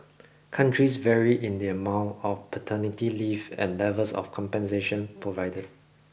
countries vary in the amount of paternity leave and levels of compensation provided